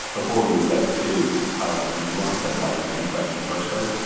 before we get to how that's nuanced, and why he thinks that in the first place,